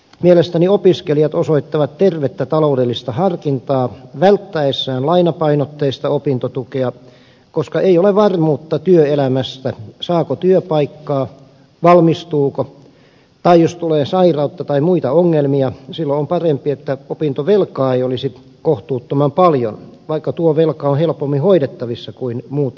mielestäni opiskelijat osoittavat tervettä taloudellista harkintaa välttäessään lainapainotteista opintotukea koska ei ole varmuutta työelämästä siitä saako työpaikkaa valmistuuko tai jos tulee sairautta tai muita ongelmia silloin on parempi että opintovelkaa ei olisi kohtuuttoman paljon vaikka tuo velka on helpommin hoidettavissa kuin muut velat